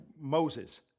Moses